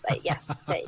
yes